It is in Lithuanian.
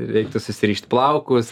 reikėtų susirišt plaukus